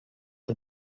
for